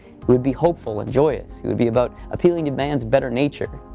would be hopeful and joyous. it would be about appealing a man's better nature,